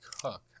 cook